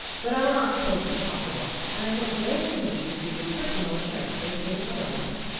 but i will not suppose this possible, and i hope very soon to receive your personal assurance of its being otherwise.